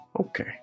Okay